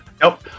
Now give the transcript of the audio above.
nope